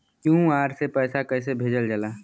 QR से पैसा कैसे भेजल जाला?